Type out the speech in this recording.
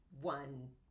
one